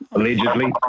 Allegedly